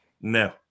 No